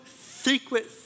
secret